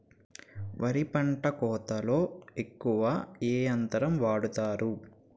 వరి పంట కోతలొ ఎక్కువ ఏ యంత్రం వాడతారు?